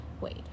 wait